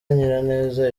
nyiraneza